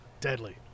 Deadly